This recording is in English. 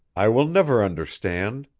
i will never understand,